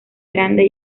grande